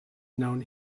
known